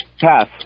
Pass